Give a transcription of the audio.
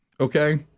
Okay